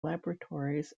laboratories